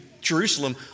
Jerusalem